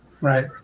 right